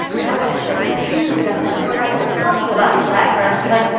and i was just so confused. i was like, we were not even talking about your black grandson.